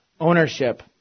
ownership